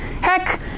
heck